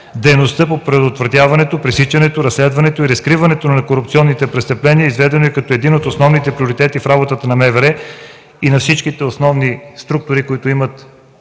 дейността по предотвратяването, пресичането, разследването и разкриването на корупционните престъпления е изведена като един от основните приоритети в работата на МВР и на всичките основни структури, които имат